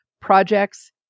projects